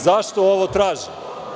Zašto ovo tražim?